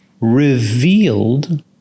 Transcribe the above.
revealed